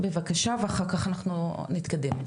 בבקשה ואחר כך אנחנו נתקדם.